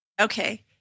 Okay